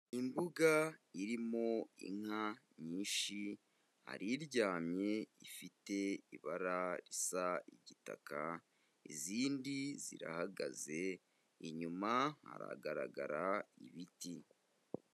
Imbuga irimo inka nyinshi, hari iryamye ifite ibara risa igitaka, izindi zirahagaze, inyuma haragaragara ibiti.